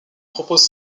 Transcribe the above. propose